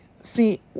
see